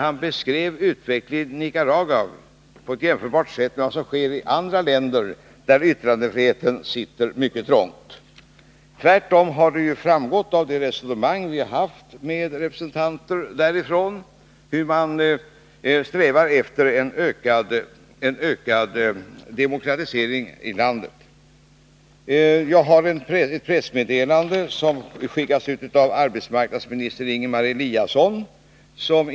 Han beskrev utvecklingen i Nicaragua såsom jämförbar med vad som sker i andra länder, där yttrandefriheten sitter mycket trångt. Tvärtom har det ju framgått av det resonemang som vi i dagarna har haft med representanter för Nicaragua att man uppenbarligen strävar efter en ökad demokratisering i landet. Jag har här ett pressmeddelande från arbetsmarknadsminister Ingemar 175 Eliasson.